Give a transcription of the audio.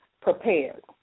prepared